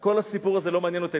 כל הסיפור הזה לא מעניין אותי,